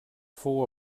fou